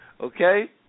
okay